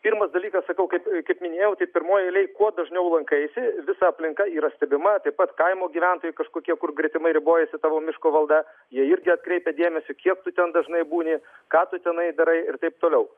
pirmas dalykas sakau kaip kaip minėjau tai pirmoj eilėj kuo dažniau lankaisi visa aplinka yra stebima taip pat kaimo gyventojai kažkokie kur gretimai ribojasi tavo miško valda jie irgi atkreipia dėmesį kiek tu ten dažnai būni ką tu tenai darai ir taip toliau